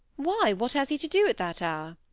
why, what has he to do at that hour